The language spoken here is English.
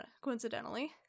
coincidentally